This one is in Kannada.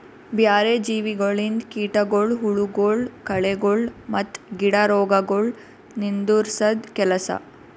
ಬ್ಯಾರೆ ಜೀವಿಗೊಳಿಂದ್ ಕೀಟಗೊಳ್, ಹುಳಗೊಳ್, ಕಳೆಗೊಳ್ ಮತ್ತ್ ಗಿಡ ರೋಗಗೊಳ್ ನಿಂದುರ್ಸದ್ ಕೆಲಸ